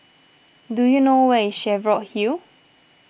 do you know where is Cheviot Hill